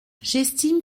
j’estime